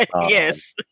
Yes